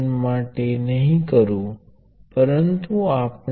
તેથી આની સાથે વ્યવહાર કરવાની ઘણી રીતો છે